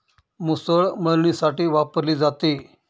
मुसळ मळणीसाठी वापरली जाते